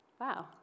Wow